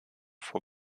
vor